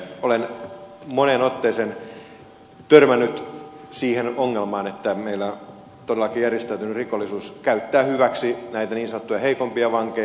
olen moneen otteeseen törmännyt siihen ongelmaan että meillä todellakin järjestäytynyt rikollisuus käyttää hyväksi näitä niin sanottuja heikompia vankeja